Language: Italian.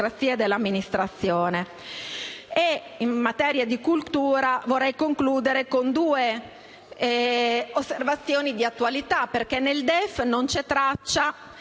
In materia di cultura vorrei concludere con due osservazioni di attualità. Infatti nel DEF non c'è traccia